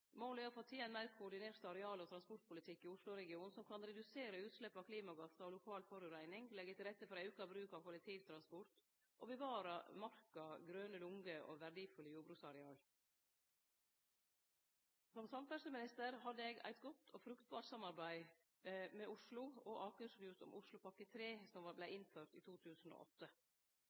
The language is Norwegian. Målet er å få til ein meir koordinert areal- og transportpolitikk i Oslo-regionen som kan redusere utslepp av klimagassar og lokal forureining, leggje til rette for auka bruk av kollektivtransport og bevare Marka, grøne lunger og verdifulle jordbruksareal. Som samferdsleminister hadde eg eit godt og fruktbart samarbeid med Oslo og Akershus om Oslopakke 3, som vart innført i 2008.